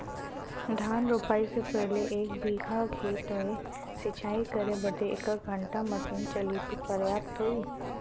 धान रोपाई से पहिले एक बिघा खेत के सिंचाई करे बदे क घंटा मशीन चली तू पर्याप्त होई?